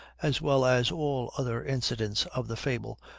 as well as all other incidents of the fable,